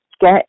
get